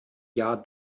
jahr